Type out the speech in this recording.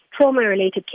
trauma-related